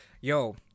Yo